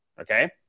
Okay